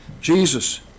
Jesus